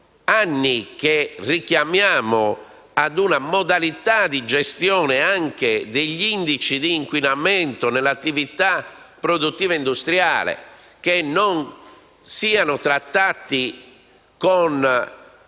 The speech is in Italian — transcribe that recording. anni che richiamiamo ad una modalità di gestione anche degli indici di inquinamento nell'attività produttiva industriale, in modo che non siano trattati con